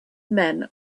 men